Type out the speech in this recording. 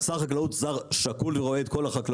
שר החקלאות הוא שר שקול ורואה את כל החקלאות,